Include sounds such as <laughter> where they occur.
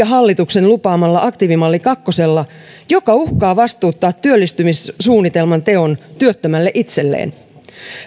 <unintelligible> hallituksen lupaamalla aktiivimalli kakkosella joka uhkaa vastuuttaa työllistymissuunnitelman teon työttömälle itselleen